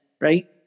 right